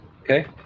Okay